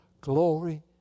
Glory